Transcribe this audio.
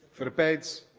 for a bed,